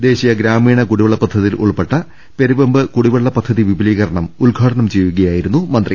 ദേശീയ ഗ്രാമീണ കുടിവെള്ള പദ്ധതിയിൽ ഉൾപ്പെട്ട പെരുവെമ്പ് കുടിവെള്ള പദ്ധതി വിപുലീകരണം ഉദ്ഘാടനം ചെയ്യുകയാ യിരുന്നു മന്ത്രി